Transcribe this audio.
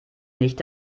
nicht